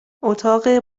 اتاق